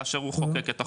כאשר הוא חוקק את החוק.